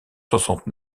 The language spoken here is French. soixante